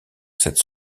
cette